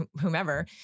whomever